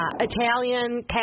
Italian